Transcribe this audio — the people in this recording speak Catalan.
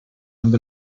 amb